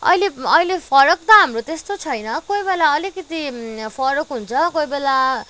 अहिले अहिले फरक त हाम्रो त्यस्तो छैन कोही बेला अलिकति फरक हुन्छ कोही बेला